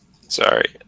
Sorry